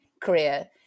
career